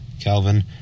Calvin